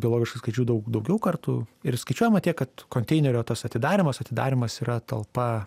biologiškai skaidžių daug daugiau kartų ir skaičiuojama tiek kad konteinerio tas atidarymas atidarymas yra talpa